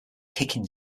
kicking